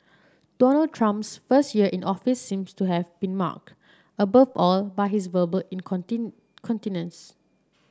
Donald Trump's first year in office seems to have been marked above all by his verbal in continence